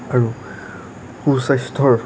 আৰু সু স্বাস্থ্যৰ